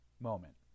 moment